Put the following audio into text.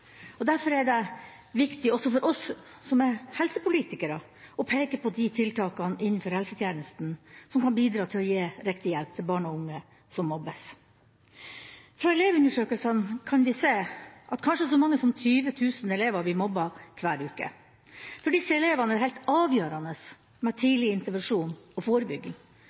utsatt. Derfor er det viktig også for oss som er helsepolitikere, å peke på de tiltakene innenfor helsetjenesten som kan bidra til å gi riktig hjelp til barn og unge som mobbes. Fra elevundersøkelsene kan vi se at kanskje så mange som 20 000 elever blir mobbet hver uke. For disse elevene er det helt avgjørende med tidlig intervensjon og forebygging.